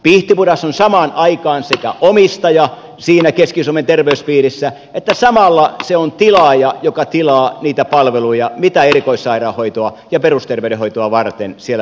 pihtipuhdas on samaan aikaan sekä omistaja siinä keski suomen terveyspiirissä että tilaaja joka tilaa niitä palveluja mitä erikoissairaanhoitoa ja perusterveydenhoitoa varten siellä pihtiputaalla tarvitaan